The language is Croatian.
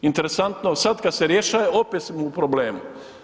Interesantno, sad kad se rješava, opet smo u problemu.